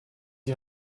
die